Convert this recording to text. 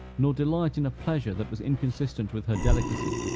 nor delight in a pleasure that was inconsistent with her delicacy.